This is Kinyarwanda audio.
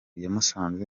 yamusanze